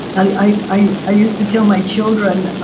i i used to tell my children,